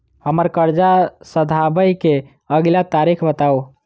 हम्मर कर्जा सधाबई केँ अगिला तारीख बताऊ?